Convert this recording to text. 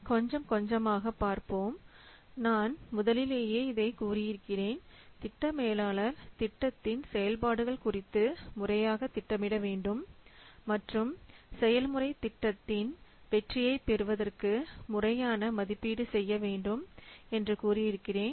கொஞ்சம் கொஞ்சமாக பார்ப்போம் நான் முதலிலேயே இதை கூறியிருக்கிறேன் திட்ட மேலாளர் திட்டத்தின் செயல்பாடுகள் குறித்து முறையாக திட்டமிட வேண்டும் மற்றும் செயல்முறை திட்டத்தின் வெற்றியை பெறுவதற்கு முறையான மதிப்பீடு செய்ய வேண்டும் என்று கூறியிருக்கிறேன்